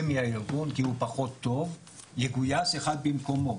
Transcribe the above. מהארגון כי הוא פחות טוב יגויס אחד במקומו.